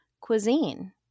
cuisine